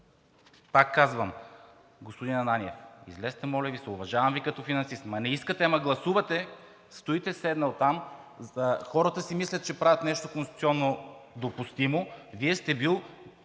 Пак казвам, господин Ананиев, излезте, моля Ви се, уважавам Ви като финансист. Не искате, ама гласувате, стоите седнал там, хората си мислят, че правят нещо конституционно допустимо. Вие сте били